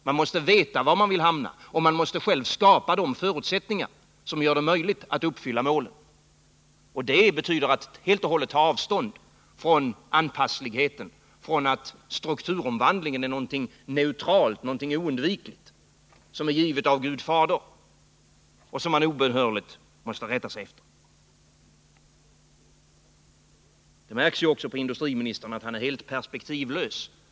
Man måste veta var man vill hamna och själv skapa de förutsättningar som gör det möjligt att uppfylla målet. Det betyder att man helt och hållet måste ta avstånd från anpassligheten till att strukturomvandlingen är något neutralt oundvikligt, givet av Gud Fader, som man obönhörligt måste rätta sig efter. Det märks också på industriministern att han är helt perspektivlös.